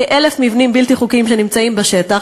כ-1,000 מבנים בלתי חוקיים שנמצאים בשטח,